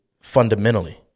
fundamentally